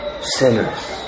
sinners